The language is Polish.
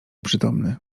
przytomny